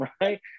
right